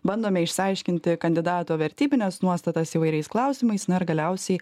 bandome išsiaiškinti kandidato vertybines nuostatas įvairiais klausimais na ir galiausiai